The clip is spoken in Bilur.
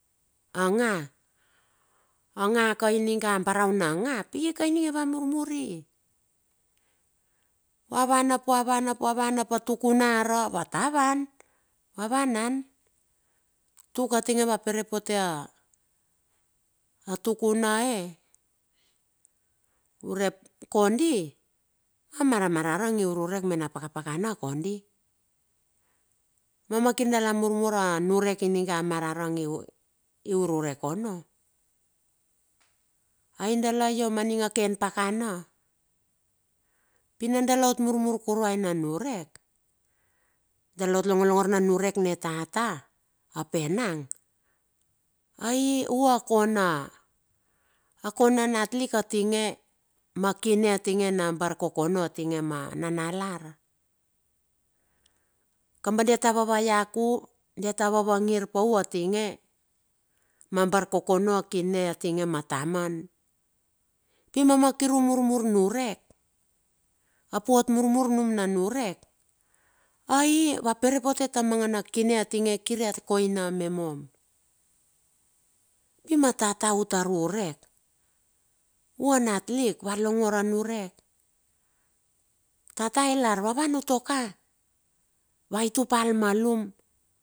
A nga, anga ka inige a baraunanga pika ininge va mur mur i, va van ap, va van, ap va van, ap a tukuna ara? Va ta van, va vanan, tuk a tinge va perepote a tukuna e, urep kondi a mara mararang i ururek me na pakapakana kondi. Mama kir dala murmur aniurek inga a mara mararang iururek ono. Ai dala io ma ning a ken pakana. Pi na dala mur kurua na niurek, dala ot longo longor na tata ap enang. Ai ua a kona, a kona nat lik atinge, ma kine tinge na barkokono a tinge ma nanalar. Kamba dia ta vavaiak u, dia ta vavangir pau a atinge, ma barkokono akine a tinge ma taman. Pi mama kir a murmur nurek, ap uot murmur anum na niurek. Ai va perepote ta mangana kine a tinge kir ia koina me mom. Pi ma tata u tar urek, u anat lik va longor aniurek, tata ia lar, va wan utuaka vaitupa al malum.